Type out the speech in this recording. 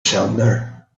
cylinder